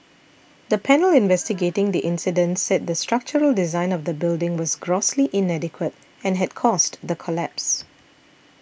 the panel investigating the incident said the structural design of the building was grossly inadequate and had caused the collapse